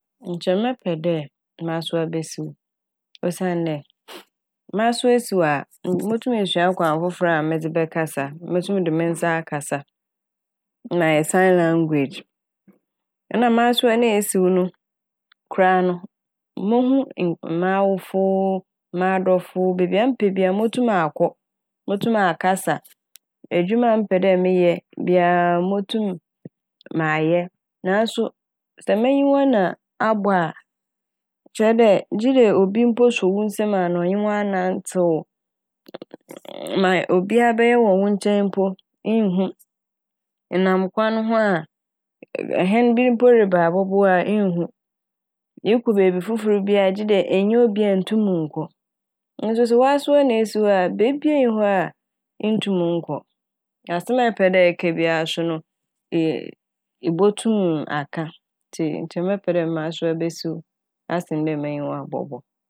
Nkyɛ mɛpɛ dɛ masowa besiw osiandɛ m'asowa siw a motum esua kwan fofor a medze bɛkasa. Motum dze me nsa akasa, mayɛ "sign language" na m'asowa no a esiw koraa no mohu en- m'awofo o, m'adɔfo o, beebi a mepɛ bia a motum akɔ, motum akasa. Edwuma a mepɛ dɛ meyɛ bia a motum mayɛ naaso sɛ m'enyiwa na abɔ a kyerɛ dɛ gyedɛ obi mpo suo wo nsamu ana ɔnye wo anantsew ma obia bɛyɛ wɔ wo nkyɛn mpo biara ennhu. Enam kwan ho a hɛn bi mpo reba abɔbɔ wo a ennhu. Erokɔ beebi fofor bia a gyedɛ -ennya obia nntum nnkɔ nsoso w'asowa na esiw a beebia nnyi hɔ a nntum nnkɔ na asɛm a epɛdɛ ɛka bia so no e- ebotum aka ntsi nkyɛ mɛpɛ dɛ m'asowa besiw asen dɛ m'enyi bɔbɔ.